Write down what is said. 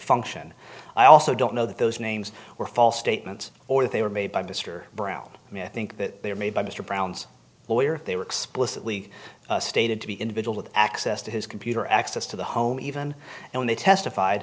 function i also don't know that those names were false statements or that they were made by mr brown i mean i think that they were made by mr brown's lawyer they were explicitly stated to be individual with access to his computer access to the home even when they testified